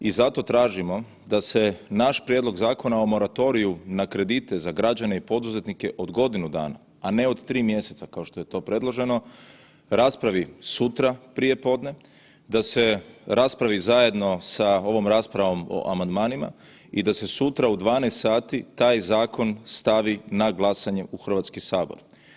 I zato tražimo da se naš prijedlog Zakona o moratoriju na kredite za građane i poduzetne od godinu dana, a ne od 3 mjeseca kao što je to predloženo, raspravi sutra prije podne, da se raspravi zajedno sa ovom raspravom o amandmanima i da se sutra u 12 sati taj zakon stavi na glasanje u Hrvatski sabor.